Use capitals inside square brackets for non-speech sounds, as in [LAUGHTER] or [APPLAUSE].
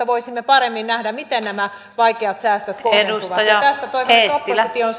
[UNINTELLIGIBLE] voisimme paremmin nähdä miten nämä vaikeat säästöt kohdentuvat ja tästä toivottavasti oppositio on [UNINTELLIGIBLE]